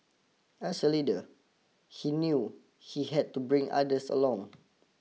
as a leader he knew he had to bring others along